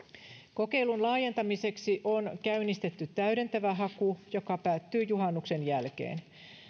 kokeilun laajentamiseksi on käynnistetty täydentävä haku joka päättyy juhannuksen jälkeen